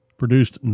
produced